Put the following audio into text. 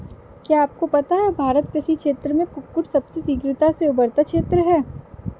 क्या आपको पता है भारत कृषि क्षेत्र में कुक्कुट सबसे शीघ्रता से उभरता क्षेत्र है?